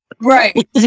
right